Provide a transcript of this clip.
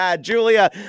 Julia